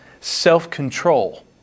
self-control